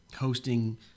hosting